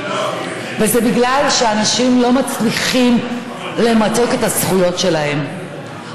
וזה בגלל שאנשים לא מצליחים למצות את הזכויות שלהם,